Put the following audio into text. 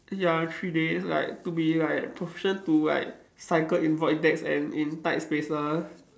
ya three days like to be like proficient to like cycle in void decks and in tight spaces